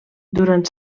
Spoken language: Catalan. durant